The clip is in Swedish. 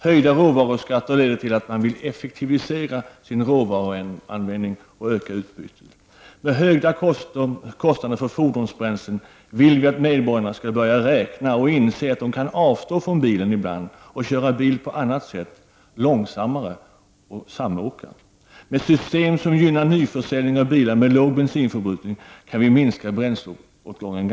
Höjda råvaruskatter leder till att man vill effektivisera sin råvaruanvändning och öka utbytet. Med de höga kostnaderna för fordonsbränsle vill vi att medborgarna skall börja räkna och inse att de kan avstå ifrån bilen ibland och att de kan köra bil på annat sätt. Man kan köra långsammare och man kan samåka. Med ett system som gynnar nyförsäljning av bilar med låg bensinförbrukning kan vi ganska snabbt minska bränsleåtgången.